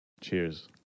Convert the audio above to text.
Cheers